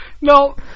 No